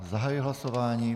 Zahajuji hlasování.